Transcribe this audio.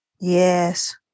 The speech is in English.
Yes